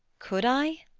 could i?